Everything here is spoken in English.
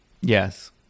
Yes